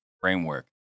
Framework